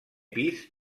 pis